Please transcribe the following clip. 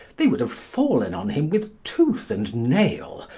they would have fallen on him with tooth and nail,